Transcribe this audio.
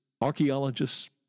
archaeologists